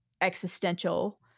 Existential